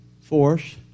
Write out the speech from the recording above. force